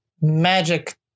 magic